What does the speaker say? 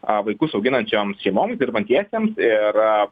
vaikus auginančioms šeimoms dirbantiesiems ir